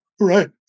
right